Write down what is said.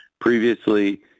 Previously